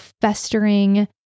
festering